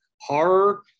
horror